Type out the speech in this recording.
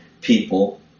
people